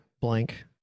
blank